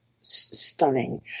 stunning